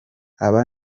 aba